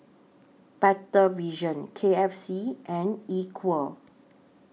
Better Vision K F C and Equal